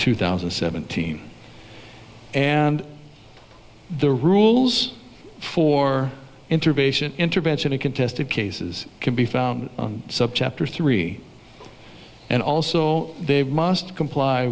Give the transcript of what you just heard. two thousand and seventeen and the rules for intervention intervention in contested cases can be found on subchapter three and also they must comply